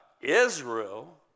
Israel